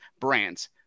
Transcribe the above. brands